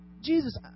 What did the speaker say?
Jesus